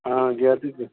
હા ઘરેથી જ